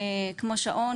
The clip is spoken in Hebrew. כמו שעון,